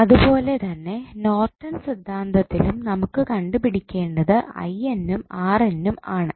അതുപോലെതന്നെ നോർട്ടൺ സിദ്ധാന്തത്തിലും നമുക്ക് കണ്ടുപിടിക്കേണ്ടത് ഉം ഉം ആണ്